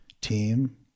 team